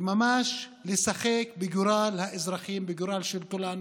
וממש לשחק בגורל האזרחים, בגורל של כולנו,